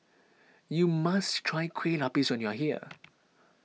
you must try Kueh Lapis when you are here